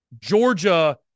Georgia